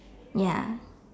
ya